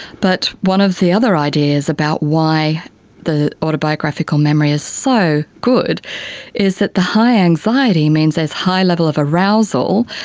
but one of the other ideas about why the autobiographical memory is so good is that the high anxiety means there's a high level of arousal,